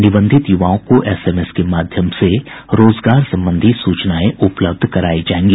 निबंधित युवाओं को एसएमएस के माध्यम से रोजगार संबंधी सूचनाएं उपलब्ध करायी जायेगी